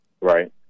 Right